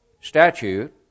statute